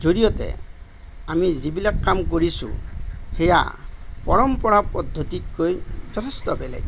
জৰিয়তে আমি যিবিলাক কাম কৰিছোঁ সেয়া পৰম্পৰা পদ্ধতিতকৈ যথেষ্ট বেলেগ